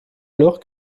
alors